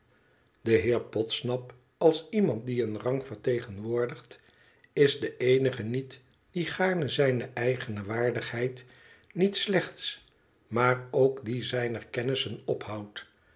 de heer podsnap als iemand die een rang vertegenwoordigt is de eenige niet die gaarne zijne eigene waardigheid niet slechts maar ook die zijner kanissen ophoudt